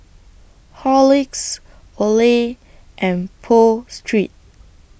Horlicks Olay and Pho Street